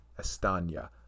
Estonia